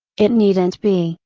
it needn't be,